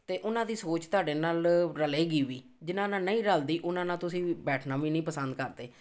ਅਤੇ ਉਹਨਾਂ ਦੀ ਸੋਚ ਤੁਹਾਡੇ ਨਾਲ਼ ਰਲੇਗੀ ਵੀ ਜਿਹਨਾਂ ਨਾਲ਼ ਨਹੀਂ ਰਲਦੀ ਉਹਨਾਂ ਨਾਲ਼ ਤੁਸੀਂ ਬੈਠਣਾ ਵੀ ਨਹੀਂ ਪਸੰਦ ਕਰਦੇ